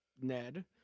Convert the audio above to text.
Ned